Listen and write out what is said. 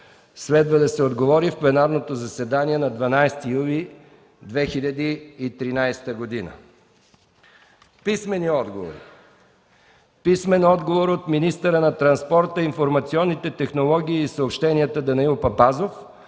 Следва да се отговори в пленарното заседание на 12 юли 2013 г. Писмени отговори от: - министъра на транспорта, информационните технологии и съобщенията Данаил Папазов